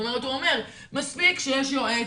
זאת אומר, הוא אומר "מספיק שיש יועץ,